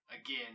again